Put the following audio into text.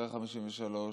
אחרי 1953,